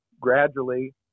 gradually